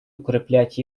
укреплять